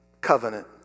covenant